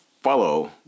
follow